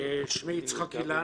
שמי יצחק אילן.